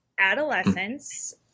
Adolescence